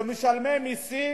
שהם משלמי מסים,